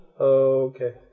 Okay